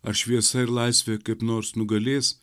ar šviesa ir laisvė kaip nors nugalės